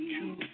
True